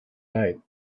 night